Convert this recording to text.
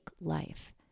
life